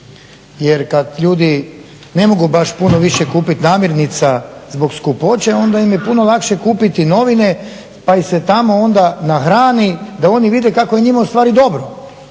jer kad ljudi ne mogu baš puno više kupiti namirnica zbog skupoće onda im je puno lakše kupiti novine pa ih se tamo onda nahrani da oni vide kako je njima ustvari dobro.